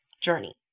journey